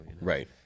Right